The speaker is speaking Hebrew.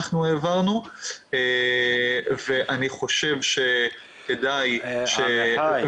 אנחנו העברנו ואני חושב שכדאי --- עמיחי,